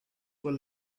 were